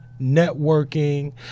networking